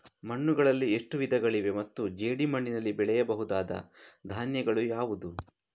ಮಣ್ಣುಗಳಲ್ಲಿ ಎಷ್ಟು ವಿಧಗಳಿವೆ ಮತ್ತು ಜೇಡಿಮಣ್ಣಿನಲ್ಲಿ ಬೆಳೆಯಬಹುದಾದ ಧಾನ್ಯಗಳು ಯಾವುದು?